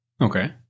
okay